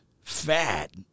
fat